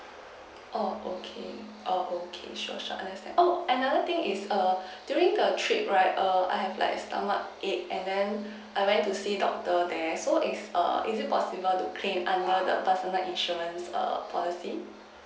oh okay oh okay sure sure understand oh another thing is err during the trip right err I've like stomachache and then I went to see a doctor there so is err is it possible to claim under the personal insurance err policy